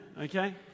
okay